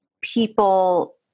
people